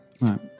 Right